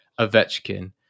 Ovechkin